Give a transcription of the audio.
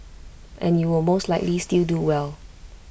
and you will most likely still do well